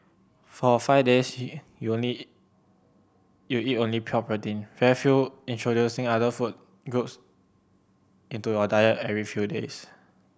for five days you need you eat only pure protein introducing other food groups into your diet every few days